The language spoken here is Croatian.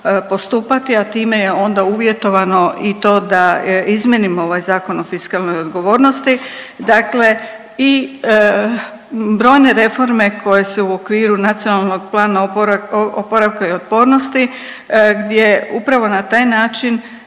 postupati, a time je onda uvjetovano i to da izmijenimo ovaj Zakon o fiskalnoj odgovornosti, dakle i brojne reforme koje se u okviru NPOO-a gdje upravo na taj način